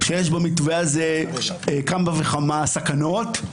שיש במתווה הזה כמה וכמה סכנות.